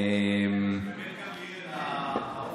האמת, גם לי היה,